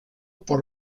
por